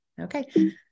Okay